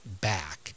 back